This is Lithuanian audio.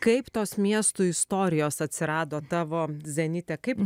kaip tos miestų istorijos atsirado tavo zenite kaip